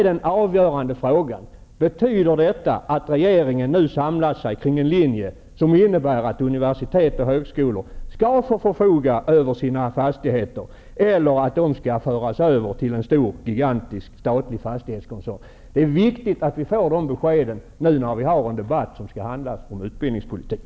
Den avgörande frågan är då: Betyder detta att regeringen nu samlar sig kring en linje som innebär att universitet och högskolor skall få förfoga över sina fastigheter, eller skall de föras över till en giganstisk statlig fastighetskoncern? Det är viktigt att vi får de beskeden när vi nu för en debatt som skall handla om utbildningspolitik.